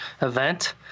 event